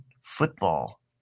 football